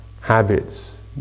habits